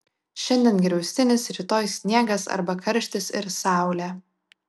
šiandien griaustinis rytoj sniegas arba karštis ir saulė